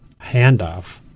handoff